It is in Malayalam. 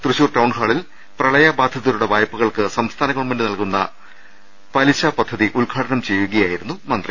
തൃശൂർ ടൌൺഹാളിൽ പ്രളയ ബാധിതരുടെ വായ്പകൾക്ക് സംസ്ഥാന ഗവൺമെന്റ് പലിശ നൽകുന്ന പദ്ധതി ഉദ്ഘാടനം ചെയ്യുകയായിരുന്നു മന്ത്രി